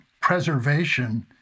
preservation